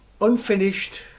unfinished